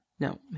No